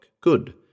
good